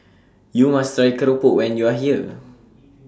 YOU must Try Keropok when YOU Are here